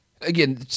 Again